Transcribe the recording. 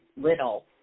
little